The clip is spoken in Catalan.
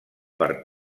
per